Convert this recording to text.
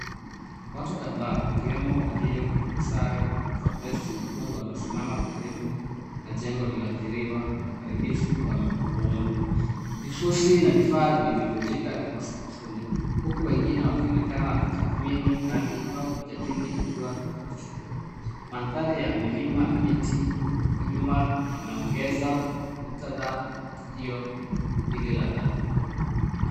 Watu kadha wakiwemo walio kwenye sare za vesti nyekundu wamesimama karibu na jengo lililoathiriwa na uharibifu wa muundo. Vifusi na vifaa vilivyovunjika viko sakafuni huku wengine wakionekana wakitathmini hali au kujadili hatua za kuchukua. Mandhari ya milima na miti kwa nyuma yanaongeza muktadha wa tukio hili la dharura.